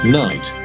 night